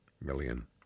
million